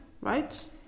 right